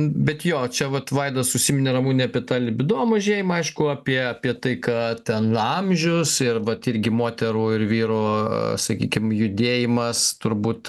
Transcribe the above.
bet jo čia vat vaidas užsiminė ramune apie tą libido mažėjimo aišku apie apie tai ką ten amžius ir vat irgi moterų ir vyrų sakykim judėjimas turbūt